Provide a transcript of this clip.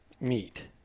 meet